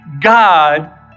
God